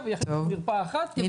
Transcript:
הוא יחליט על מרפאה אחת ו --- טוב,